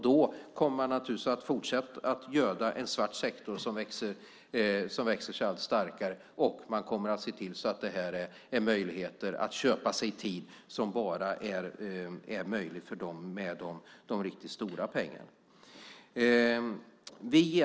Då kommer man naturligtvis att fortsätta att göda en svart sektor som växer sig allt starkare, och man kommer att se till att det bara är möjligt att köpa sig tid för dem med de riktigt stora pengarna.